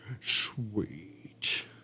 Sweet